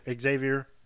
Xavier